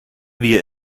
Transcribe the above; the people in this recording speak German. wir